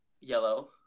yellow